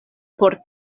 por